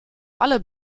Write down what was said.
alle